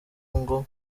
ngo